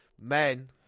men